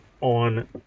on